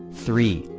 three,